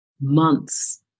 months